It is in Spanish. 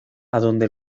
adonde